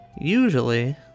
usually